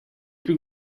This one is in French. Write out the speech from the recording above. plus